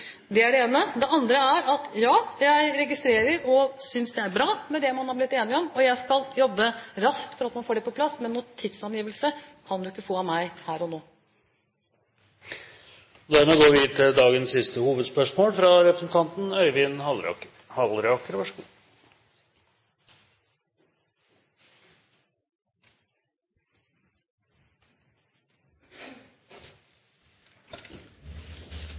Det er det ene. Det andre er at jeg registrerer – og synes det er bra – det man er blitt enig om. Jeg skal jobbe raskt for at man får det på plass. Men noen tidsangivelse kan du ikke få av meg her og nå. Da går vi til dagens siste hovedspørsmål.